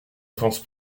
offense